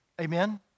Amen